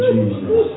Jesus